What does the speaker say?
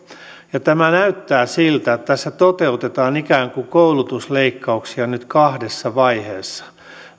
tämä näyttää siltä että tässä toteutetaan ikään kuin koulutusleikkauksia nyt kahdessa vaiheessa